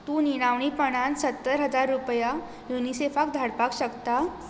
तूं निनांवीपणान सत्तर हजार रुपया युनिसेफाक धाडपाक शकता